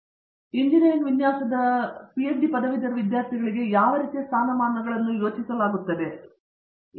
ನಂತರ ಎಂಜಿನಿಯರಿಂಗ್ ವಿನ್ಯಾಸದಲ್ಲಿ ಪದವೀಧರ ವಿದ್ಯಾರ್ಥಿಗಳಿಗೆ ನೀವು ಯಾವ ರೀತಿಯ ಸ್ಥಾನಗಳನ್ನು ಸಾಮಾನ್ಯವಾಗಿ ಎಂಜಿನಿಯರಿಂಗ್ ವಿನ್ಯಾಸದಲ್ಲಿ ನೋಡುತ್ತೀರಿ